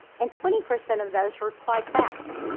and twenty percent of those replied back.